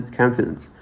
countenance